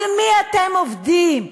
על מי אתם עובדים?